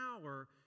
power